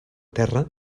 terra